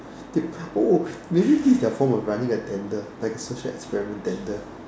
they oh maybe this their form of running a tender like a social experiment tender